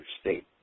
state